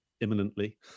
imminently